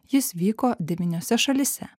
jis vyko devyniose šalyse